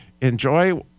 enjoy